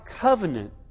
covenant